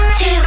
two